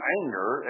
anger